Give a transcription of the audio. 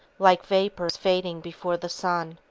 like vapors fading before the sun.